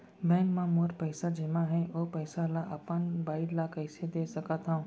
Bank म मोर पइसा जेमा हे, ओ पइसा ला अपन बाई ला कइसे दे सकत हव?